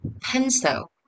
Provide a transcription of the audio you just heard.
Pencil